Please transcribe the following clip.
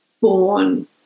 born